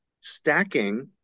Stacking